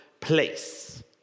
place